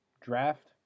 draft